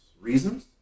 reasons